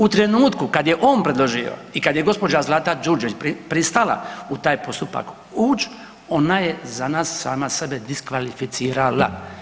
U trenutku, kad je on predložio i kad je gđa. Zlata Đurđević pristala u taj postupak ući, ona je za nas sama sebe diskvalificirala.